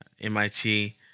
MIT